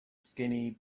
skinny